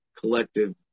collective